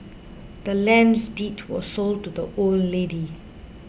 the land's deed was sold to the old lady